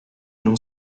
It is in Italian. non